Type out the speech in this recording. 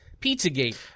pizzagate